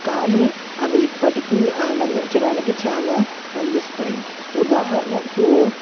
కానీ అవి ఇప్పటికీ ఆనందించడానికి చాలా అందిస్తాయి ఉదాహరణకు